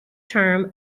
term